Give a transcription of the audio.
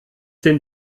den